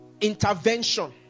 intervention